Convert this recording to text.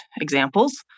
examples